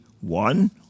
one